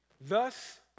thus